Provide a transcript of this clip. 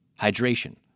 Hydration